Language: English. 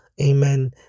Amen